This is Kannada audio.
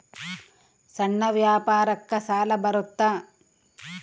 ಸಣ್ಣ ವ್ಯಾಪಾರಕ್ಕ ಸಾಲ ಬರುತ್ತಾ?